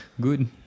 Good